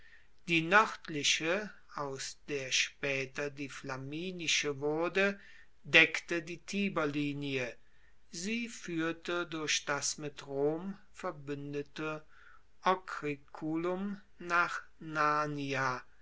die noerdliche aus der spaeter die flaminische wurde deckte die tiberlinie sie fuehrte durch das mit rom verbuendete ocriculum nach narnia